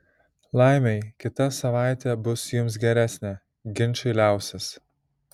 laimei kita savaitė bus jums geresnė ginčai liausis